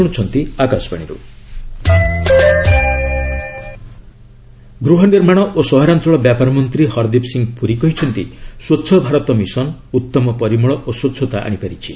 ପୁରୀ ସ୍ୱଚ୍ଛ ଭାରତ ମିଶନ୍ ଗୃହ ନିର୍ମାଣ ଓ ସହରାଞ୍ଚଳ ବ୍ୟାପାର ମନ୍ତ୍ରୀ ହରଦୀପ ସିଂହ ପୁରୀ କହିଛନ୍ତି ସ୍ପଚ୍ଛ ଭାରତ ମିଶନ୍ ଉତ୍ତମ ପରିମଳ ଓ ସ୍ପଚ୍ଛତା ଆଶିପାରିଛି